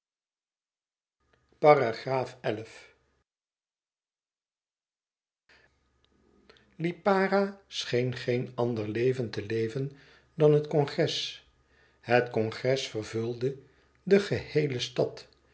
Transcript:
lipara scheen geen ander leven te leven dan het congres het congres vervulde de geheele stad